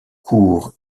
court